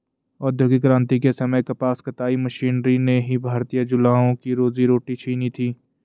औद्योगिक क्रांति के समय कपास कताई मशीनरी ने ही भारतीय जुलाहों की रोजी रोटी छिनी थी